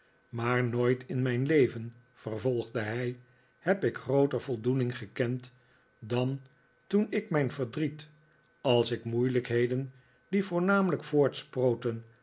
maar nooit in mijn leven vervolgde hij heb ik grooter voldoening gekend dan toen ik mijn verdriet als ik moeilijkheden die voornamelijk voortsproten